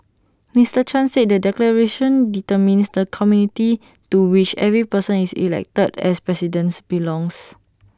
Mister chan said the declaration determines the community to which every person is elected as presidents belongs